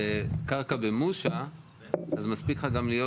בקרקע במושה מספיק לך גם להיות